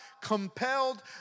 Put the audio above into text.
compelled